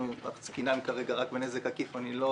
אנחנו עסקינן כרגע רק בנזק עקיף ולכן